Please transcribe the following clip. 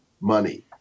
money